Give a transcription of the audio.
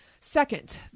Second